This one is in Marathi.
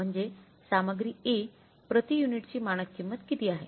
म्हणजे सामग्री A प्रति युनिटची मानक किंमत कितीआहे